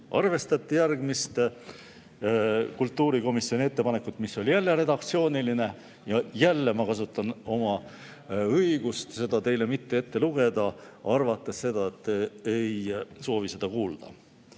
arvestati järgmist kultuurikomisjoni ettepanekut, mis oli redaktsiooniline. Jälle ma kasutan oma õigust seda teile mitte ette lugeda, arvates, et te ei soovi seda kuulda.